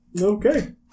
okay